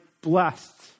blessed